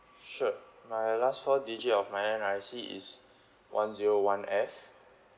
sure my last four digit of my N_R_I_C is one zero one F